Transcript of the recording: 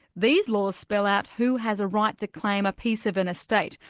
these laws spell out who has a right to claim a piece of an estate,